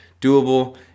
doable